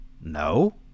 No